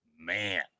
Man